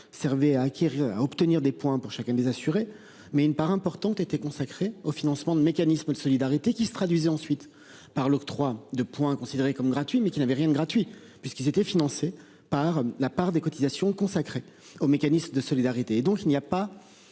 acquérir à obtenir des points pour chacun des assurés, mais une part importante était consacrée au financement de mécanismes de solidarité qui se traduisait ensuite par l'octroi de points considéré comme gratuit mais qui n'avait rien de gratuit puisqu'il était financé par la par des cotisations consacrée aux mécanismes de solidarité et donc il n'y a pas